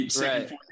right